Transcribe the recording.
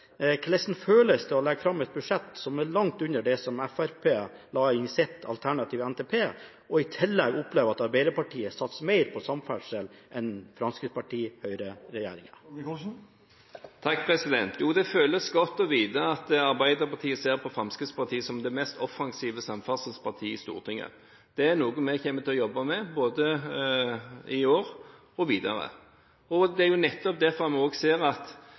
Hvordan føles det å legge fram et budsjett som er langt under det som Fremskrittspartiet la inn i sin alternative NTP, og i tillegg oppleve at Arbeiderpartiet satser mer på samferdsel enn Fremskrittsparti–Høyre-regjeringen? Det føles godt å vite at Arbeiderpartiet ser på Fremskrittspartiet som det mest offensive samferdselspartiet i Stortinget. Det er noe vi kommer til å jobbe med, både i år og videre. Så sier en at dette sto i NTP. Ja, det er mye vi